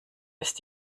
ist